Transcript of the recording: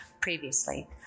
previously